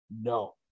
No